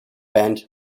band